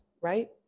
right